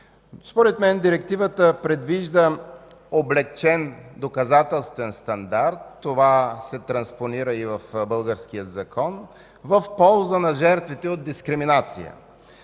Според мен Директивата предвижда облекчен доказателствен стандарт. Това се транспонира и в българския Закон в полза на жертвите от дискриминация.